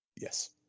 yes